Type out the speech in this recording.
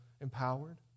empowered